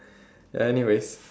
anyways